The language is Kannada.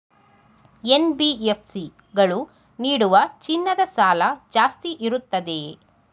ಎನ್.ಬಿ.ಎಫ್.ಸಿ ಗಳು ನೀಡುವ ಚಿನ್ನದ ಸಾಲ ಜಾಸ್ತಿ ಇರುತ್ತದೆಯೇ?